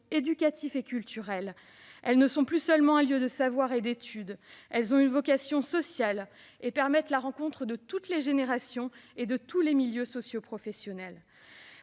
éducatifs et culturels. Elles ne sont plus seulement un lieu de savoir et d'études ; elles ont une vocation sociale et permettent la rencontre de toutes les générations et de tous les milieux socioprofessionnels.